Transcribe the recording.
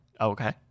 okay